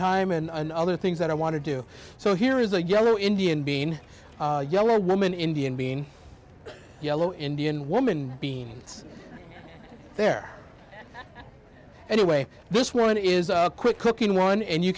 time and other things that i want to do so here is a yellow indian bean yellow woman indian bean yellow indian woman beans there anyway this one is a quick cooking one and you